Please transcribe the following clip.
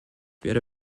werde